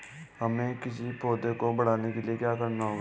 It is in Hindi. हमें किसी पौधे को बढ़ाने के लिये क्या करना होगा?